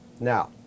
Now